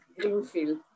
Greenfield